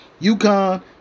UConn